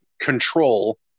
control